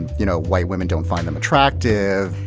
you know, white women don't find them attractive,